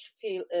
feel